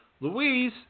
Louise –